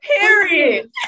Period